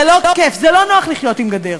זה לא כיף, זה לא נוח לחיות עם גדר.